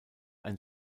ein